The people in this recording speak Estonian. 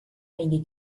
mingi